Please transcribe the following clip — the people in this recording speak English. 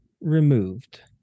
removed